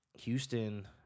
Houston